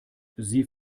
sie